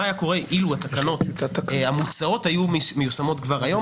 מה היה קורה אילו התקנות המוצעות היו מיושמות כבר היום,